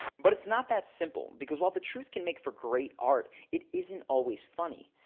but it's not that simple because while the truth can make for great art, it isn't always funny.